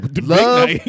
Love